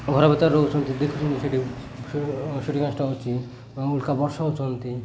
ଘର ଭିତରେ ରହୁଛନ୍ତି ଦେଖୁଛନ୍ତି ସେଠି ସେଠି ଟା ହେଉଛି ଉଲ୍କା ବର୍ଷା ହଉଛନ୍ତି